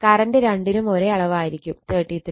current രണ്ടിനും ഒരേ അളവായിരിക്കും 33